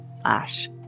slash